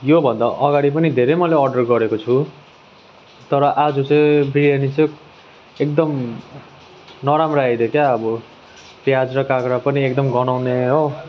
यो भन्दा अगाडि पनि धेरै मैले अर्डर गरेको छु तर आज चाहिँ बिरियानी चाहिँ एकदम नराम्रो आइदियो क्या अब प्याज र काँक्रा पनि एकदम गनाउने हो